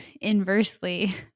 inversely